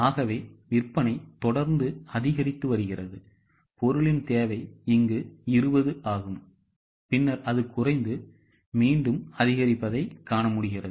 ஆகவே விற்பனை தொடர்ந்து அதிகரித்து வருகிறது பொருளின் தேவை 20 ஆகும் பின்னர் அது குறைந்து மீண்டும் அதிகரிக்கிறது